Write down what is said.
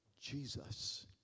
Jesus